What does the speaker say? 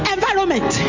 Environment